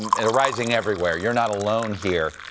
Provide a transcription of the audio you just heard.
and rising everywhere. you're not alone here.